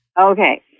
Okay